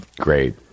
great